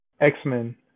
X-Men